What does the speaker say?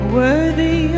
worthy